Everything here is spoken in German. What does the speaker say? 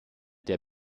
der